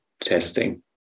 testing